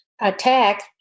attack